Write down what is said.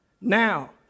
Now